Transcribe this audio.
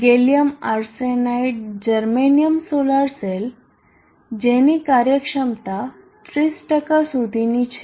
gallium arsenide germanium solar cell જેની કાર્યક્ષમતા 30 સુધીની છે